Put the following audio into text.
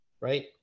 right